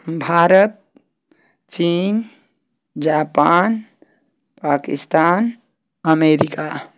भारत चीन Japan Pakistan America